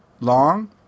long